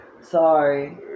Sorry